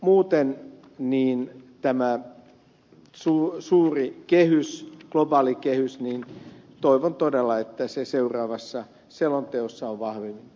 muuten toivon todella että tämä suuri kehys globaalikehys on seuraavassa selonteossa vahvemmin esillä